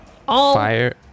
Fire